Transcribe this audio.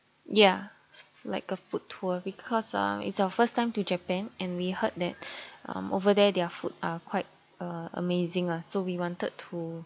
ya like a food tour because uh it's our first time to japan and we heard that um over there their food are quite uh amazing lah so we wanted to